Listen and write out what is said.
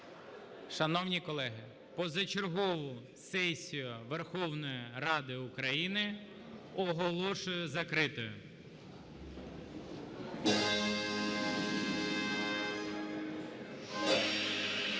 Шановні колеги! Позачергову сесію Верховної Ради України оголошую закритою.